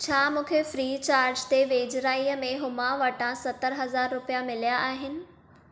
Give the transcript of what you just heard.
छा मूंखे free charge ते वेझिराईअ में हुमा वटां सतरि हज़ार रुपिया मिलिया आहिनि